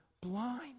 blind